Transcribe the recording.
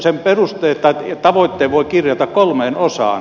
sen tavoitteen voi kirjata kolmeen osaan